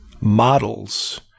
models